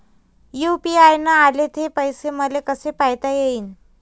UPI न आले ते पैसे मले कसे पायता येईन?